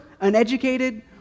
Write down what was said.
uneducated